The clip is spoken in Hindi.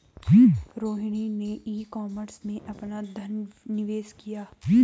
रोहिणी ने ई कॉमर्स में अपना धन निवेश किया